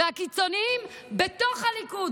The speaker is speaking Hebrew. והקיצוניים בתוך הליכוד,